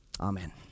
Amen